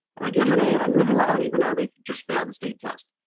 and i give them an a and i move them on, even though they just failed the state test.